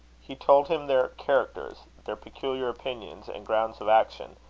he told him their characters, their peculiar opinions and grounds of action,